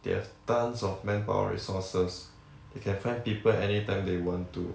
they have tons of manpower resources they can find people any time they want to